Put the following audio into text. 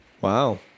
Wow